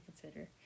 consider